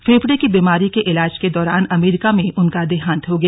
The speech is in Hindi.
फेफड़े की बीमारी के इलाज के दौरान अमेरिका में उनका देहांत हो गया